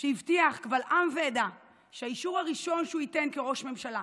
שהבטיח קבל עם ועדה שהאישור הראשון שהוא ייתן כראש ממשלה,